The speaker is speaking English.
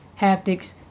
haptics